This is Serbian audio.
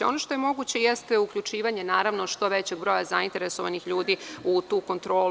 Ono što je moguće, jeste uključivanje što većeg broja zainteresovanih ljudi u tu kontrolu.